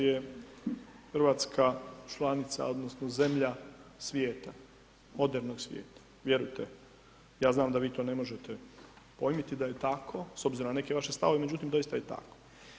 je RH članica odnosno zemlja svijeta, modernog svijeta, vjerujte, ja znam da vi to ne možete pojmiti da je tako s obzirom na neke vaše stavove, međutim, doista je tako.